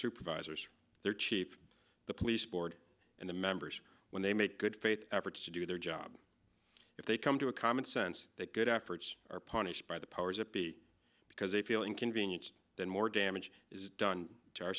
supervisors their chief the police board and the members when they make good faith efforts to do their job if they come to a common sense that good efforts are punished by the powers that be because they feel inconvenienced that more damage is done to our